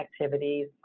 activities